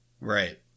Right